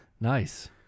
Nice